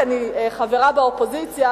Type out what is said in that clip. כי אני חברה באופוזיציה,